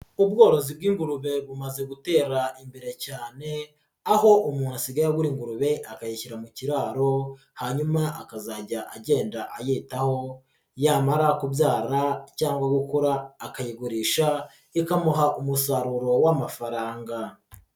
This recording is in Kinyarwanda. Ubworozi bw'ingurube bumaze gutera imbere cyane aho umuntu asigaye agura ingurube akayishyira mu kiraro hanyuma akazajya agenda ayitaho yamara kubyara cyangwa gukura akayigurisha ikamuha umusaruro w'amafaranga.